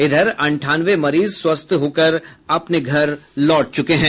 इधर अंठानवे मरीज स्वस्थ होकर अपने घर लौट चुके हैं